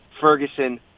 Ferguson